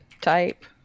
type